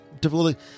difficulty